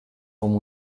come